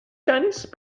chinese